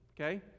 okay